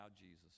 Jesus